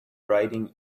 writing